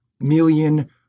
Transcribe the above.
million